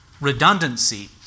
redundancy